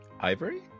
Ivory